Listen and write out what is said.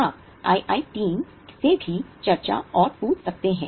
आप IIT team से भी चर्चा और पूछ सकते हैं